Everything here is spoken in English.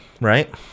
right